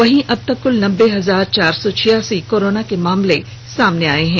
वहीं अब तक कुल नब्बे हजार चार सौ छियासी कोरोना के मामले सामने आए हैं